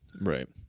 Right